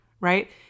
right